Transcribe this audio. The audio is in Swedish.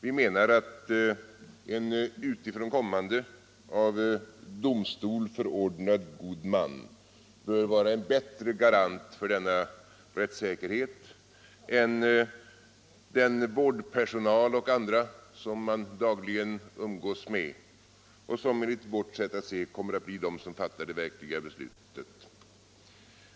Vi menar att en utifrån kommande, av domstol förordnad god man bör vara en bättre garant för denna rättssäkerhet än den vårdpersonal och andra som personen i fråga dagligen umgås med och som enligt vårt sätt att se kommer att bli de som fattar det verkliga beslutet.